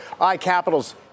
iCapital's